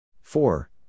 Four